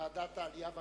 ועדת העלייה והקליטה.